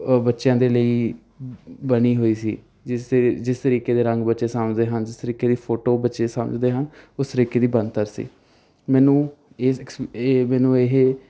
ਅ ਬੱਚਿਆਂ ਦੇ ਲਈ ਬਣੀ ਹੋਈ ਸੀ ਜਿਸ ਤਰੀ ਜਿਸ ਤਰੀਕੇ ਦੇ ਰੰਗ ਬੱਚੇ ਸਮਝਦੇ ਹਨ ਜਿਸ ਤਰੀਕੇ ਦੀ ਫੋਟੋ ਬੱਚੇ ਸਮਝਦੇ ਹਨ ਉਸ ਤਰੀਕੇ ਦੀ ਬਣਤਰ ਸੀ ਮੈਨੂੰ ਇਹ ਇਹ ਮੈਨੂੰ ਇਹ